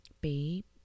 babe